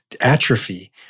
atrophy